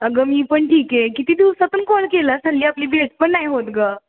अगं मी पण ठीक आहे किती दिवसातून कॉल केलास हल्ली आपली भेट पण नाही होत गं